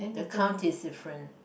the count is different